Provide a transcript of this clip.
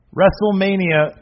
WrestleMania